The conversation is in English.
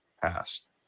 passed